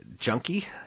junkie